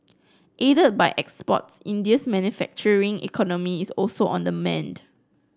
aided by exports India's manufacturing economy is also on the mend